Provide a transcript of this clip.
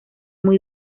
muy